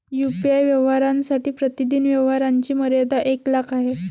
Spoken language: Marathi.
यू.पी.आय व्यवहारांसाठी प्रतिदिन व्यवहारांची मर्यादा एक लाख आहे